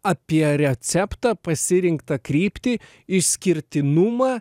apie receptą pasirinktą kryptį išskirtinumą